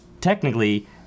technically